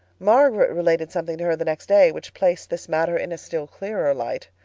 margaret related something to her the next day, which placed this matter in a still clearer light.